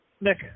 Nick